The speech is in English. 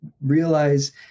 realize